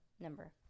number